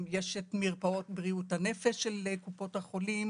יש את מרפאות בריאות הנפש של קופות החולים